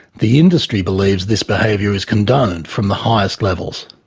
the industry believes this behaviour is condoned from the highest levels.